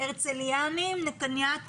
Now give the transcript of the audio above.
מהרצליה ומנתניה,